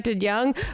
young